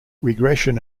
regression